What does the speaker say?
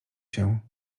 się